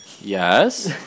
Yes